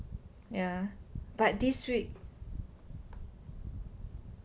ya but this week